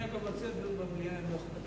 אני, אגב, מציע דיון במליאה, אם לא אכפת